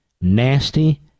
nasty